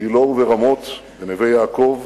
בגילה וברמות, בנווה-יעקב,